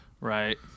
Right